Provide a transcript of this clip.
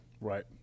right